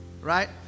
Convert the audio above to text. Right